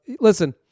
Listen